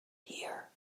here